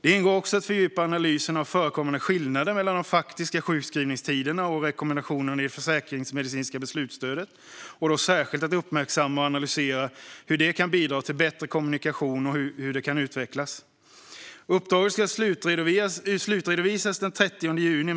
Det ingår också att fördjupa analysen av förekommande skillnader mellan de faktiska sjukskrivningstiderna och rekommendationerna i det försäkringsmedicinska beslutsstödet, och då särskilt att uppmärksamma och analysera hur det kan bidra till bättre kommunikation och hur det kan utvecklas. Uppdraget ska slutredovisas den 30 juni.